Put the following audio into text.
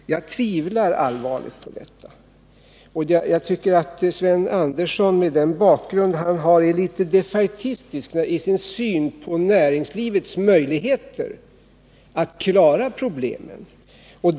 Jag tvivlar allvarligt på detta. Jag tycker att Sven Andersson, med den bakgrund han har, är litet defaitistisk i sin syn på näringslivets möjligheter att klara problemen.